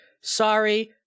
sorry